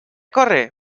corre